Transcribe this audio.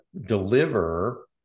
deliver